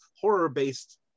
horror-based